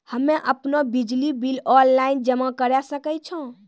हम्मे आपनौ बिजली बिल ऑनलाइन जमा करै सकै छौ?